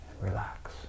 relax